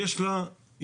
יש לה יכולת,